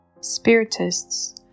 Spiritists